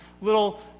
little